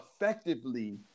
effectively